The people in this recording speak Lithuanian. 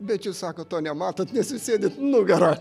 bet jūs sakot to nematot nes jūs sėdit nugara